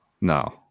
no